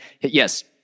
yes